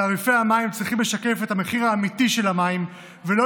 תעריפי המים צריכים לשקף את המחיר האמיתי של המים ולא